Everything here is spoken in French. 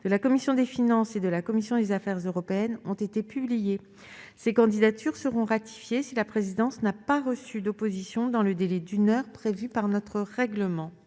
de la commission des finances et de la commission des affaires européennes ont été publiées. Ces candidatures seront ratifiées si la présidence n'a pas reçu d'opposition dans le délai d'une heure prévu par notre règlement.